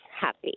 happy